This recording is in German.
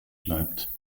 bleibt